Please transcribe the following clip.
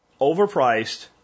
overpriced